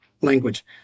language